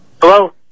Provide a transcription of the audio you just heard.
Hello